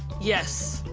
yes,